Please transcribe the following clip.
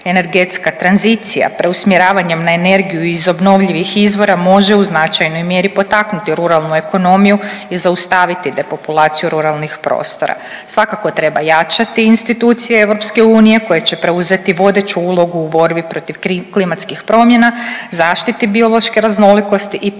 energetska tranzicija preusmjeravanjem na energiju iz obnovljivih izvora može u značajnoj mjeri potaknuti ruralnu ekonomiju i zaustaviti depopulaciju ruralnih prostora. Svakako treba jačati institucije EU koje će preuzeti vodeću ulogu u borbi protiv klimatskih promjena, zaštiti biološke raznolikosti i promicati